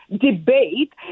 debate